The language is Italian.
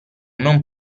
non